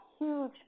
huge